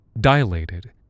dilated